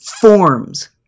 forms